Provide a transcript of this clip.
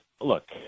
look